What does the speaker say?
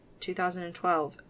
2012